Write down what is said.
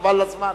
חבל על הזמן.